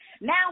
Now